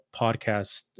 podcast